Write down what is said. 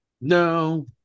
No